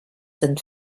sind